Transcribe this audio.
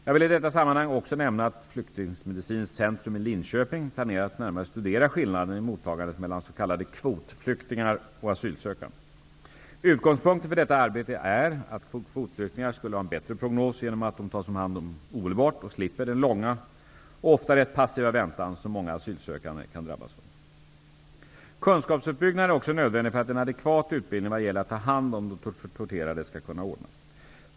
Jag vill i detta sammanhang också nämna att Flyktingmedicinskt centrum i Linköping planerar att närmare studera skillnaden i mottagandet mellan s.k. kvotflyktingar och asylsökande. Utgångspunkten för detta arbete är att kvotflyktingar skulle ha en bättre prognos, genom att de tas om hand omedelbart och slipper den långa och ofta rätt passiva väntan som många asylsökande kan drabbas av. Kunskapsutbyggnaden är också nödvändig för att en adekvat utbildning vad gäller att ta hand om de torterade skall kunna ordnas.